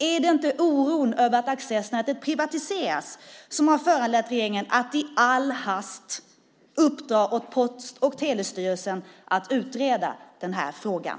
Är det inte oron över att accesserna privatiseras som har föranlett regeringen att i all hast uppdra åt Post och telestyrelsen att utreda den här frågan?